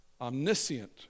Omniscient